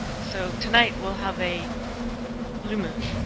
so tonight we'll have a blue moon.